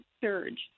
surge